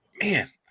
Man